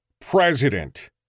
president